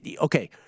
Okay